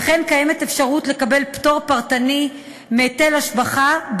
וכן קיימת אפשרות לקבלת פטור פרטני מהיטל השבחה,